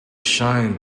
shine